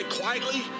quietly